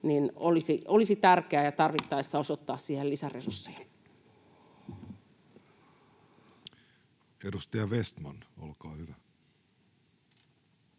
koputtaa] ja tarvittaessa osoittaa siihen lisäresursseja. Edustaja Vestman, olkaa hyvä.